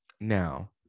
now